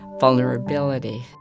vulnerability